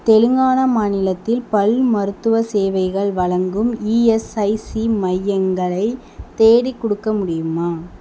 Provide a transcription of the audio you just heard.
தெலுங்கானா மாநிலத்தில் பல் மருத்துவச் சேவைகள் வழங்கும் இஎஸ்ஐசி மையங்களை தேடிக்குடுக்க முடியுமா